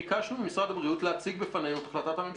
אז ביקשנו ממשרד הבריאות להציג בפנינו את החלטת הממשלה.